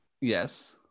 Yes